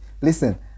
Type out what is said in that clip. Listen